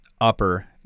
upper